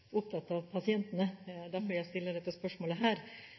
opptatt av pasientene, det er derfor jeg stiller dette spørsmålet.